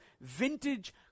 vintage